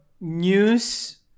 news